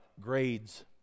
grades